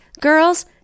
girls